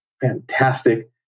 fantastic